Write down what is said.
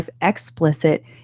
explicit